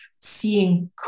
seeing